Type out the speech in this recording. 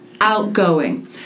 outgoing